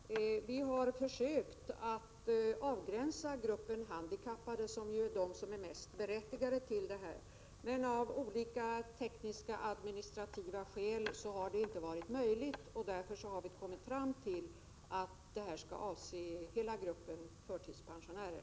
Herr talman! Det svar gäller som jag har gett i dag. Vi har försökt att avgränsa gruppen handikappade, som består av de människor som är mest berättigade till kompensation. Men av olika tekniska administrativa skäl har det inte varit möjligt. Därför har vi kommit fram till att befrielsen från avgift skall avse hela gruppen förtidspensionärer.